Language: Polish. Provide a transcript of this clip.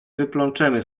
wyplączemy